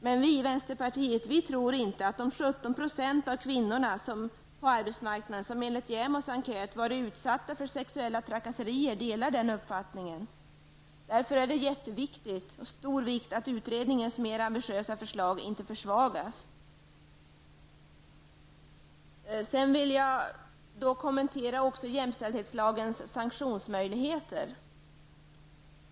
Vi i vänsterpartiet tror inte att de 17 % av kvinnorna på arbetsmarknaden som enligt JämOs enkät varit utsatta för sexuella trakasserier delar den uppfattningen. Det är av utomordentlig vikt att utredningens mer ambitiösa förslag inte försämras. Jag vill något kommentera jämställdhetslagens sanktionsmöjligheter.